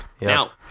Now